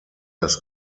das